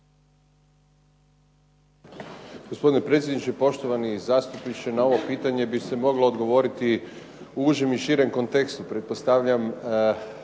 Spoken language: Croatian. Hvala vam